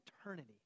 eternity